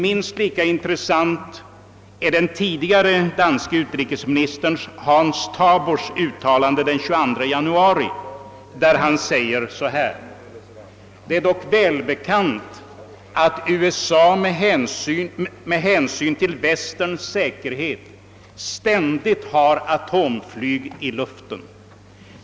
Minst lika intressant är den tidigare danske utrikesministern Hans Tabors uttalande den 22 januari, där det heter på följande sätt: »Det är dock välbekant att USA med hänsyn till västerns säkerhet ständigt har atomflyg i luften.